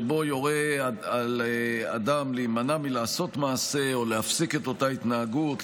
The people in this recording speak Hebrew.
שבו יורה לאדם להימנע מלעשות מעשה או להפסיק את אותה התנהגות,